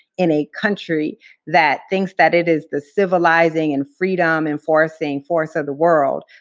in a country that thinks that it is the civilizing and freedom-enforcing force of the world,